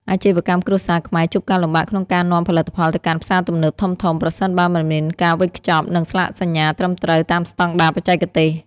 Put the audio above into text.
អាជីវកម្មគ្រួសារខ្មែរជួបការលំបាកក្នុងការនាំផលិតផលទៅកាន់ផ្សារទំនើបធំៗ ប្រសិនបើមិនមានការវេចខ្ចប់ និងស្លាកសញ្ញាត្រឹមត្រូវតាមស្ដង់ដារបច្ចេកទេស។